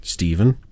Stephen